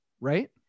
right